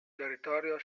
territorio